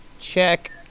check